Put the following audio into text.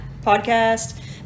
podcast